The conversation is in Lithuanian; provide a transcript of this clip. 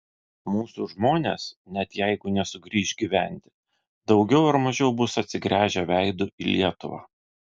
mūsų žmonės net jeigu nesugrįš gyventi daugiau ar mažiau bus atsigręžę veidu į lietuvą